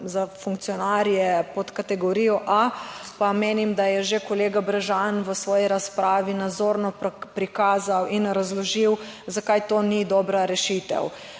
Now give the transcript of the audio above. za funkcionarje pod kategorijo A, pa menim, da je že kolega Brežan v svoji razpravi nazorno prikazal in razložil, zakaj to ni dobra rešitev.